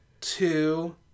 two